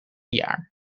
jaar